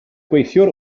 gweithiwr